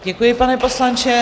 Děkuji, pane poslanče.